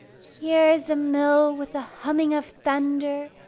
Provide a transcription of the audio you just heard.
here is a mill with the humming of thunder,